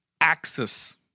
access